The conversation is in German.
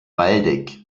waldeck